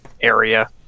area